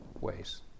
ways